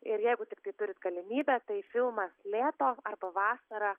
ir jeigu tiktai turit galimybę tai filmas lėto arba vasara